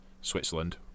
Switzerland